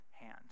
hand